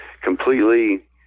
completely